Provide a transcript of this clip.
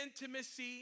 intimacy